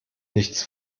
nichts